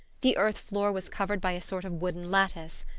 the earth floor was covered by a sort of wooden lattice.